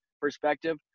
perspective